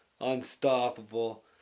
unstoppable